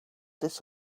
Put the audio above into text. this